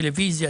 טלוויזיה,